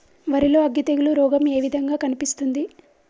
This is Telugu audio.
వరి లో అగ్గి తెగులు రోగం ఏ విధంగా కనిపిస్తుంది?